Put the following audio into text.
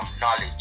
knowledge